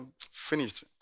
Finished